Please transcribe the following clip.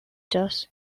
das